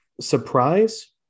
Surprise